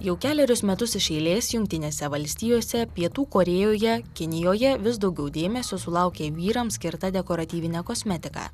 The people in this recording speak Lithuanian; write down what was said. jau kelerius metus iš eilės jungtinėse valstijose pietų korėjoje kinijoje vis daugiau dėmesio sulaukia vyrams skirta dekoratyvinė kosmetika